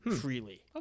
freely